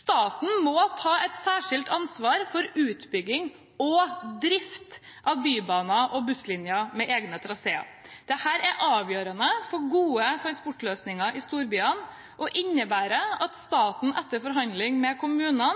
Staten må ta et særskilt ansvar for utbygging og drift av bybaner og busslinjer med egne traseer. Dette er avgjørende for gode transportløsninger i storbyene og innebærer at staten etter forhandlinger med kommunene